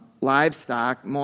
livestock